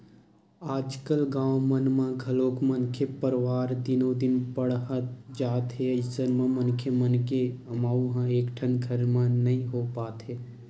आजकाल गाँव मन म घलोक मनखे के परवार दिनो दिन बाड़हत जात हे अइसन म मनखे मन के अमाउ ह एकेठन घर म नइ हो पात हे